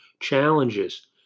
Challenges